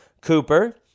Cooper